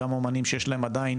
גם אומנים שיש להם עדיין